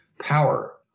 power